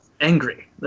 angry